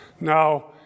Now